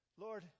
Lord